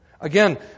Again